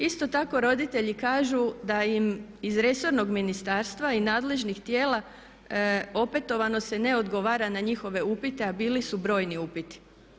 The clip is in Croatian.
Isto tako roditelji kažu da im iz resornog ministarstva i nadležnih tijela opetovano se ne odgovara na njihove upite, a bili su brojni upiti.